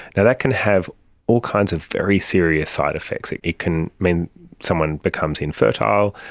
that can have all kinds of very serious side effects. it it can mean someone becomes infertile.